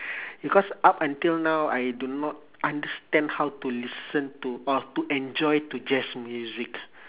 because up until now I do not understand how to listen to or to enjoy to jazz music